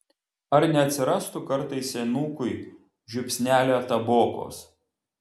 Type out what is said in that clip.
ar neatsirastų kartais senukui žiupsnelio tabokos